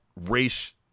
race